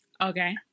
Okay